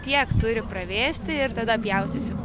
tiek turi pravėsti ir tada pjaustysim